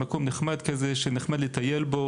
הם מקומות נחמדים שנחמד לטייל בו,